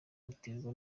buterwa